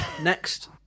next